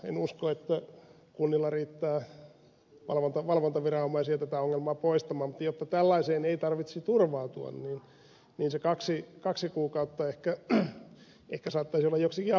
en usko että kunnilla riittää valvontaviranomaisia tätä ongelmaa poistamaan mutta jotta tällaiseen ei tarvitsisi turvautua niin se kaksi kuukautta ehkä saattaisi olla joksikin avuksi siinä